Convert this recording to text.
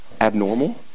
abnormal